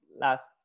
last